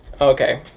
Okay